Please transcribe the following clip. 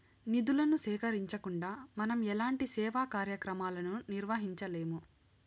నిధులను సేకరించకుండా మనం ఎలాంటి సేవా కార్యక్రమాలను నిర్వహించలేము